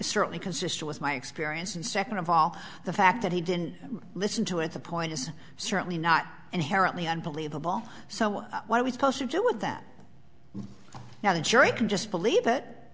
certainly consistent with my experience and second of all the fact that he didn't listen to it the point is certainly not inherently unbelievable so what are we supposed to do with that now the jury can just believe that